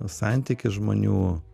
santykis žmonių